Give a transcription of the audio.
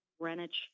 Greenwich